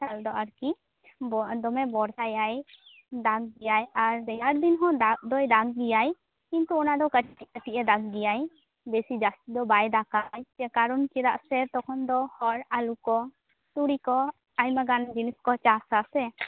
ᱟᱨᱠᱤ ᱵᱚ ᱫᱚᱢᱮ ᱵᱚᱨᱥᱟᱭᱟᱭ ᱰᱟᱱ ᱜᱮᱭᱟᱭ ᱟᱨ ᱨᱮᱭᱟᱨ ᱫᱤᱱ ᱦᱚᱸ ᱫᱟᱜ ᱫᱚᱭ ᱫᱟᱜ ᱜᱮᱭᱟᱭ ᱠᱤᱱᱛᱩ ᱚᱱᱟᱫᱚ ᱠᱟᱹᱴᱤᱡ ᱜᱮ ᱫᱟᱜ ᱜᱮᱭᱟᱭ ᱵᱮᱥᱤ ᱡᱟᱹᱥᱛᱤ ᱫᱚ ᱵᱟᱭ ᱫᱟᱜᱟᱭ ᱠᱟᱨᱚᱱ ᱪᱮᱫᱟ ᱥᱮ ᱛᱚᱠᱷᱚᱱ ᱫᱚ ᱦᱚᱲ ᱟᱞᱚ ᱠᱚ ᱛᱩᱲᱤᱠᱚ ᱟᱭᱢᱟ ᱜᱟᱱ ᱡᱤᱱᱤᱥ ᱠᱚ ᱪᱟᱥ ᱟᱥᱮ